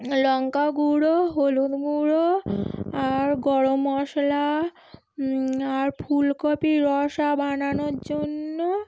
লঙ্কা গুঁড়ো হলুদ গুঁড়ো আর গরম মশলা আর ফুলকপির রসা বানানোর জন্য